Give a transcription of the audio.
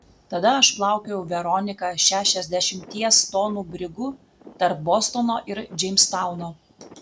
tada aš plaukiojau veronika šešiasdešimties tonų brigu tarp bostono ir džeimstauno